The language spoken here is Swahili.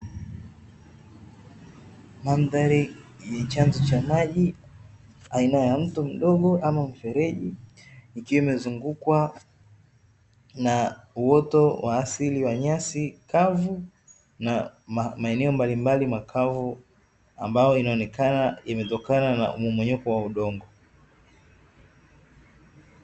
Mandhari yenye chanzo cha maji aina ya mto mdogo ama mfereji, ikiwa imezungukwa na uoto wa asili wa nyasi kavu, na maeneo mbalimbali makavu ambayo inaonekana imetokana na mmomonyoko wa udongo.